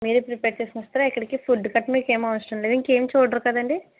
మీరే ప్రిపేర్ చేసుకుని వస్తారా ఇక్కడికి ఫుడ్ గట్రా ఏమవసరం లేదా ఇంకేమి చూడరు కదండీ